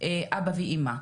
אבא ואמא.